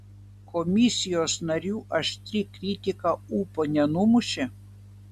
komisijos narių aštri kritika ūpo nenumušė